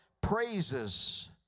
praises